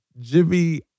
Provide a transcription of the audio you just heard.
Jimmy